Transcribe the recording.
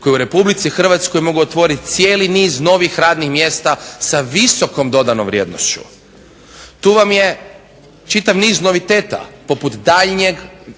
koji u Republici Hrvatskoj mogu otvoriti cijeli niz novih radnih mjesta sa visokom dodanom vrijednošću. Tu vam je čitav niz noviteta poput daljnjeg